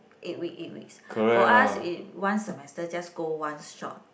eight week eight weeks for us is one semester just go one shot